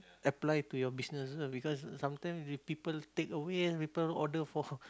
apply to your business also because sometimes will people take away people order for